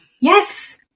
Yes